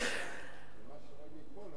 מה שרואים מפה לא רואים משם.